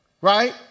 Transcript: right